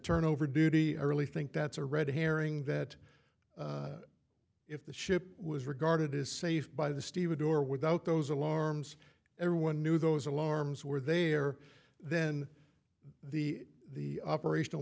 turnover duty early think that's a red herring that if the ship was regarded as safe by the stevedore without those alarms everyone knew those alarms were there then the the operational